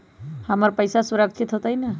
हमर पईसा सुरक्षित होतई न?